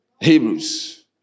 Hebrews